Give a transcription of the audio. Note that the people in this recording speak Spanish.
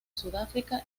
sudáfrica